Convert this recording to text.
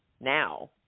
now –